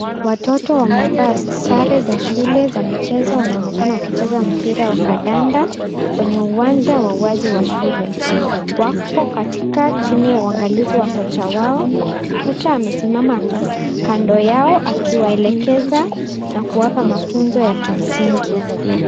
Watoto wamevaa sare za shule za michezo wanaonekana wakicheza mpira wa kandanda kwenye uwanja wa wazi wa shule. Wako katika chini ya uangalizi wa kocha wao, kocha amesimama kando yao akiwaelekeza na kuwapa mafunzo ya kimsingi.